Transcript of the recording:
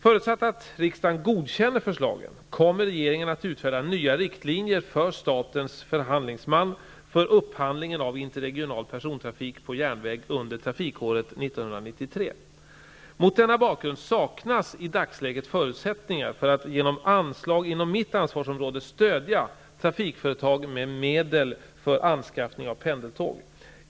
Förutsatt att riksdagen godkänner förslagen kommer regeringen att utfärda nya riktlinjer för statens förhandlingsman för upphandlingen av interregional persontrafik på järnväg under trafikåret 1993. Mot denna bakgrund saknas i dagsläget förutsättningar för att genom anslag inom mitt ansvarsområde stödja trafikföretag med medel för anskaffning av pendeltåg.